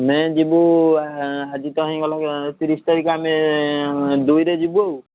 ଆମେ ଯିବୁ ଆଜି ତ ହେଇଗଲା ତିରିଶ ତାରିଖ ଆମେ ଦୁଇରେ ଯିବୁ ଆଉ